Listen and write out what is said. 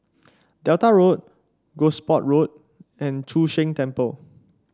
Delta Road Gosport Road and Chu Sheng Temple